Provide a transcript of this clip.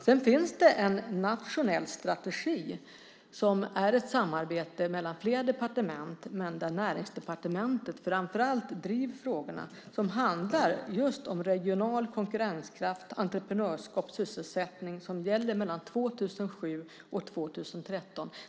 Sedan finns det en nationell strategi som är ett samarbete mellan flera departement - det är framför allt Näringsdepartementet som driver frågorna som handlar om regional konkurrenskraft, entreprenörskap och sysselsättning - som gäller mellan 2007 och 2013.